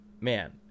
man